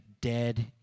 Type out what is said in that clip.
dead